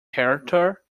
character